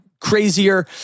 crazier